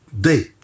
day